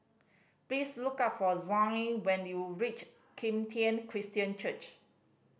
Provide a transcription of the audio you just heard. please look for Zion when you reach Kim Tian Christian Church